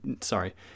sorry